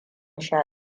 sha